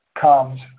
comes